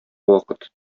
вакыт